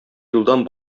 юлдан